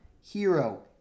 Hero